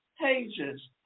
pages